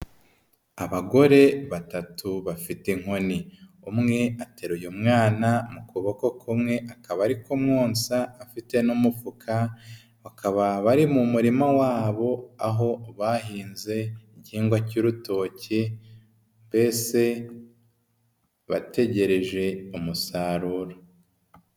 Abagore batatu bafite inkoni umwe ateruye umwana mu kuboko kumwe akaba ari ko mwonsa afite n'umufuka bakaba bari mu murima wabo aho bahinze igihingwa cy'urutoke mbese bategereje umusaruro.